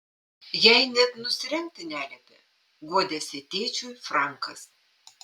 jai net nusirengti neliepė guodėsi tėčiui frankas